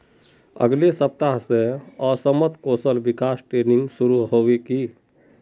अगले सप्ताह स असमत कौशल विकास ट्रेनिंग शुरू ह बे